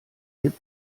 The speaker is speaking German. hip